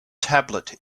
tablet